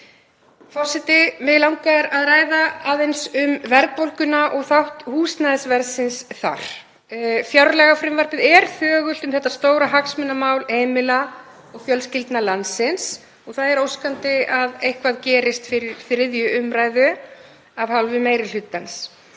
Forseti. Mig langar að ræða aðeins um verðbólguna og þátt húsnæðisverðsins þar. Fjárlagafrumvarpið er þögult um þetta stóra hagsmunamál heimila og fjölskyldna landsins. Það er óskandi að eitthvað gerist fyrir 3. umr. af hálfu meiri hlutans